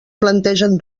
plantegen